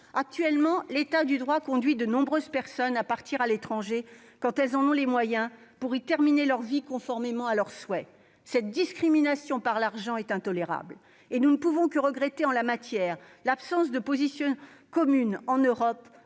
Actuellement, l'état du droit conduit de nombreuses personnes à partir à l'étranger, quand elles en ont les moyens, pour y terminer leur vie conformément à leurs souhaits. Cette discrimination par l'argent est intolérable ! Nous ne pouvons que regretter en la matière l'absence de position commune en Europe,